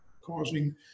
causing